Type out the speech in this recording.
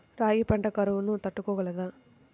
రాగి పంట కరువును తట్టుకోగలదా?